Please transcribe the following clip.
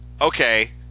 Okay